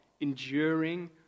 enduring